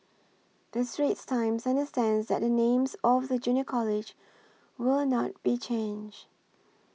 the Straits Times understands that the name of the Junior College will not be changed